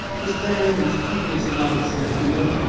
was damned mischievous nonsense, you know.